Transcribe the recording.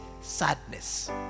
sadness